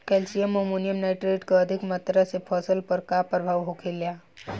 Calcium ammonium nitrate के अधिक मात्रा से फसल पर का प्रभाव होखेला?